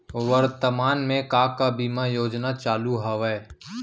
वर्तमान में का का बीमा योजना चालू हवये